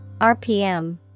rpm